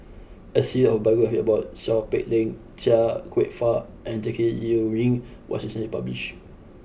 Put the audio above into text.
a series of biographies about Seow Peck Leng Chia Kwek Fah and Jackie Yi Ru Ying was recently published